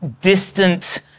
distant